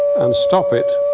and stop it.